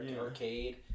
arcade